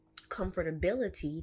comfortability